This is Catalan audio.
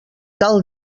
tal